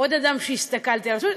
עוד אדם שהסתכלתי עליו.